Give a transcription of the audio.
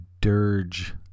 dirge